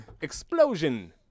explosion